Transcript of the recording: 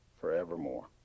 forevermore